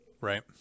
Right